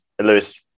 Lewis